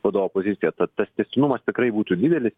vadovo poziciją tad tas tęstinumas tikrai būtų didelis